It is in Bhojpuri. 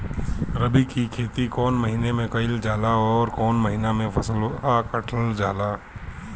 रबी की खेती कौने महिने में कइल जाला अउर कौन् महीना में फसलवा कटल जाला?